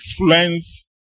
influence